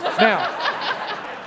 Now